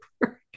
work